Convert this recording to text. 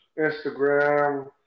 Instagram